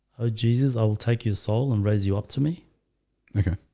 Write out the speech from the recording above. oh jesus i will take your soul and raise you up to me okay,